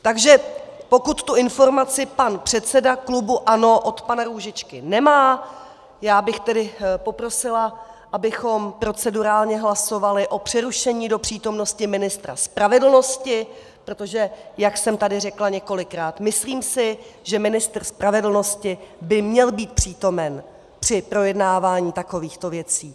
Takže pokud tu informaci pan předseda klubu ANO od pana Růžičky nemá, já bych tedy poprosila, abychom procedurálně hlasovali o přerušení do přítomnosti ministra spravedlnosti, protože jak jsem tady řekla několikrát, myslím si, že ministr spravedlnosti by měl být přítomen při projednávání takovýchto věcí.